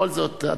בכל זאת,